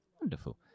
Wonderful